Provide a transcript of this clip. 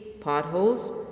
potholes